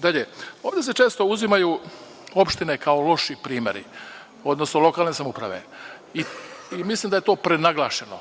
Dalje, ovde se često uzimaju opštine kao loši primeri, odnosno lokalne samouprave i mislim da je to prenaglašeno.